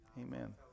Amen